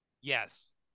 Yes